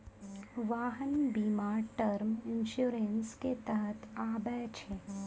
वाहन बीमा term insurance के तहत आबै छै